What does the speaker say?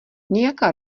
nějaká